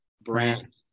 brand